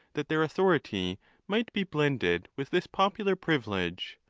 that their authority might be blended with this popular privilege,